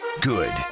good